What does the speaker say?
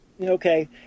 Okay